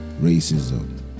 Racism